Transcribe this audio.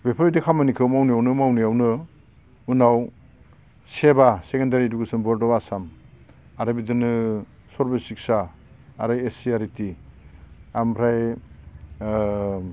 बेफोरबादि खामानिखौ मावनायावनो मावनायावनो उनाव SEBA board of secondary education Assam आरो बिदिनो सर्बसिक्सा आरो S C E R T आमफ्राय ओ